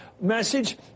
message